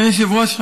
אדוני היושב-ראש,